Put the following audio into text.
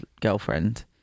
girlfriend